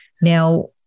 Now